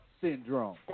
Syndrome